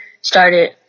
started